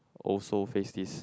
also face this